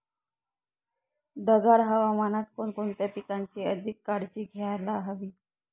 ढगाळ हवामानात कोणकोणत्या पिकांची अधिक काळजी घ्यायला हवी?